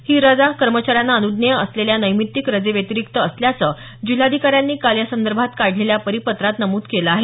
ही रजा कर्मचाऱ्यांना अनुज्ञेय असलेल्या नैमित्तीक रजेव्यतिरिक्त असणार असल्याचं जिल्हाधिकाऱ्यांनी काल या संदभोत काढलेल्या परिपत्रात नमूद केलं आहे